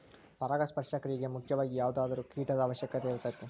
ಪರಾಗಸ್ಪರ್ಶ ಕ್ರಿಯೆಗೆ ಮುಖ್ಯವಾಗಿ ಯಾವುದಾದರು ಕೇಟದ ಅವಶ್ಯಕತೆ ಇರತತಿ